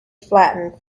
flattened